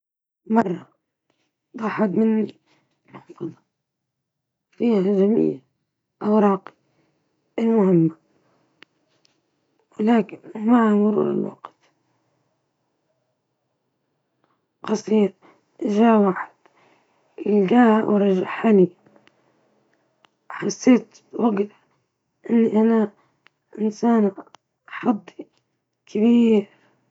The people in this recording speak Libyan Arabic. أحد الأوقات المحظوظة كان عندما حصلت على وظيفة أحلامي التي كنت أسعى لها منذ فترة طويلة، كان ذلك نتيجة للعمل الجاد والمثابرة.